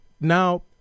Now